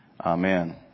Amen